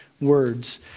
words